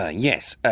ah yes,